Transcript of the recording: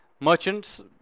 merchants